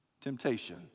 Temptation